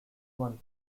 one